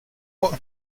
what